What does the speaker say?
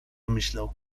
myślał